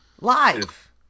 Live